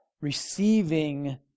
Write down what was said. receiving